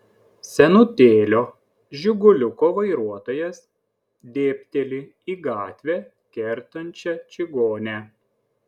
senutėlio žiguliuko vairuotojas dėbteli į gatvę kertančią čigonę